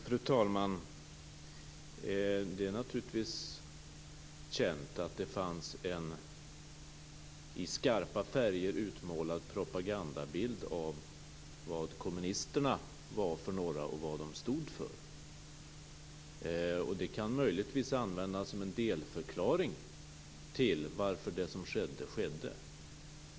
Fru talman! Det är naturligtvis känt att det fanns en i skarpa färger utmålad propagandabild av vad kommunisterna var för några och vad de stod för. Det kan möjligtvis användas som en delförklaring till varför det som skedde skedde.